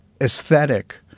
aesthetic